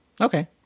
Okay